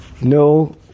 no